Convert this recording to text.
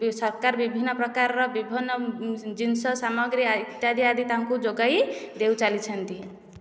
ସରକାର ବିଭିନ୍ନ ପ୍ରକାରର ବିଭନ୍ନ ଜିନିଷ ସାମଗ୍ରୀ ଇତ୍ୟାଦି ଆଦି ତାଙ୍କୁ ଯୋଗାଇ ଦେଇ ଚାଲିଛନ୍ତି